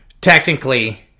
technically